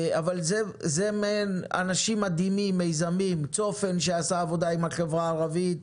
לצופן, שעשו עבודה עם החברה הערבית.